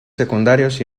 secundarios